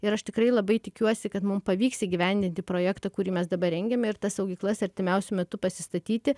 ir aš tikrai labai tikiuosi kad mum pavyks įgyvendinti projektą kurį mes dabar rengiame ir tas saugyklas artimiausiu metu pasistatyti